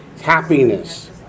Happiness